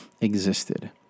existed